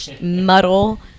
muddle